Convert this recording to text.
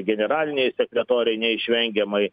generaliniai sekretoriai neišvengiamai